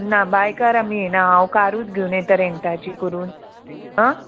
ना बायकार आमी येना हांव कारूत घेवन येता रेंटाची करून आ